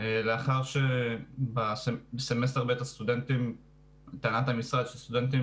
לאחר שבסימסטר ב' לטענת המשרד סטודנטים